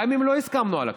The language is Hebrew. גם אם לא הסכמנו על הכול?